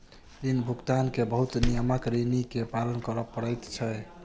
ऋण भुगतान के बहुत नियमक ऋणी के पालन कर पड़ैत छै